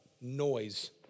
noise